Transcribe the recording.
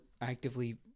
actively